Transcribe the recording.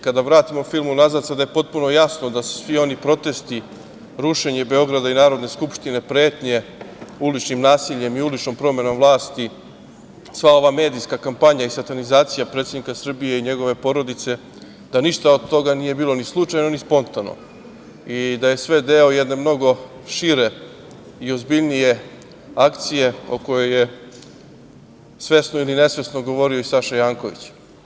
Kada vratimo film unazad, sada je potpuno jasno da su svi oni protesti, rušenje Beograda i Narodne skupštine, pretnje uličnim nasiljem i uličnom promenom vlasti, sva ova medijska kampanja i satanizacija predsednika Srbije i njegove porodice, da ništa od toga nije bilo ni slučajno ni spontano i da je sve deo jedne mnogo šire i ozbiljnije akcije o kojoj je svesno ili nesvesno govorio i Saša Janković.